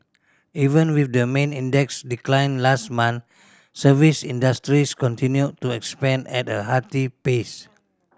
even with the main index decline last month service industries continued to expand at a hearty pace